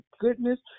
goodness